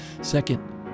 Second